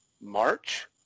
March